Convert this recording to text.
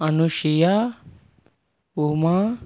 Anushiya Uma